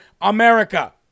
America